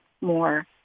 more